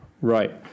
Right